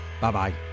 Bye-bye